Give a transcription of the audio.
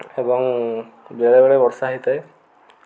ଏବଂ ବେଳେବେଳେ ବର୍ଷା ହୋଇଥାଏ